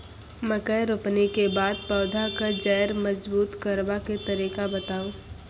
मकय रोपनी के बाद पौधाक जैर मजबूत करबा के तरीका बताऊ?